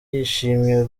yishimiye